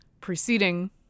preceding